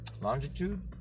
Longitude